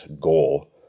goal